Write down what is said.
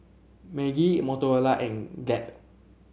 Maggi Motorola and Glad